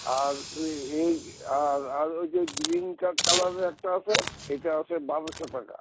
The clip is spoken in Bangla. আর ওই এই আর আর ওই যে গ্রীন কা কালারের একটা আছে সেইটা আসে বারোশো টাকা